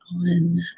on